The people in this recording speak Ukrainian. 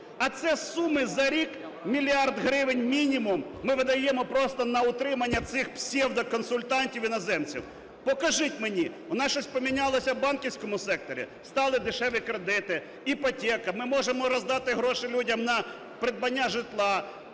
А це суми за рік – мільярд гривень мінімум, ми видаємо просто на утримання цих всевдоконсультантів-іноземців. Покажіть мені, у нас щось помінялося у банківському секторі? Стали дешеві кредити, іпотека, ми можемо роздати гроші людям на придбання житла,